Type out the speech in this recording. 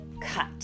cut